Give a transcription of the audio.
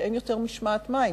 שאין יותר משמעת מים,